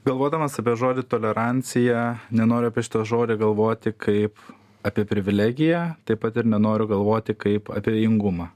galvodamas apie žodį tolerancija nenoriu apie šitą žodį galvoti kaip apie privilegiją taip pat ir nenoriu galvoti kaip abejingumą